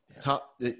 top